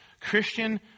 Christian